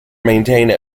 maintained